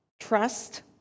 trust